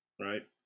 right